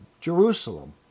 Jerusalem